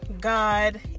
God